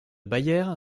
bayer